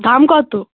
দাম কতো